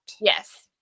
Yes